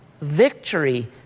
victory